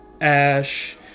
ash